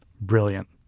Brilliant